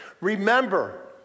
Remember